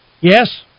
Yes